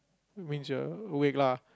means you're awake lah